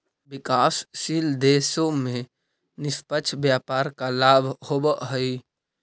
विकासशील देशों में निष्पक्ष व्यापार का लाभ होवअ हई